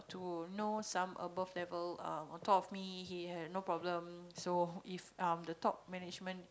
to know some above level um on top of me he had no problem so if um the top management